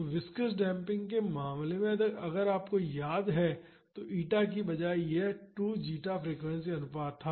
तो viscous damping के मामले में अगर आपको याद है तो ईटा के बजाय यह 2 जीटा फ्रीक्वेंसी अनुपात था